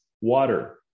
water